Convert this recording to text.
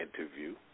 interview